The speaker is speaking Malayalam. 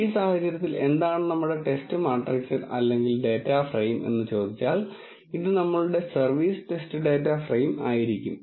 ഈ സാഹചര്യത്തിൽ എന്താണ് നമ്മുടെ ടെസ്റ്റ് മാട്രിക്സ് അല്ലെങ്കിൽ ഡാറ്റ ഫ്രെയിം ഇത് നമ്മളുടെ സർവീസ് ടെസ്റ്റ് ഡാറ്റ ഫ്രെയിം ആയിരിക്കും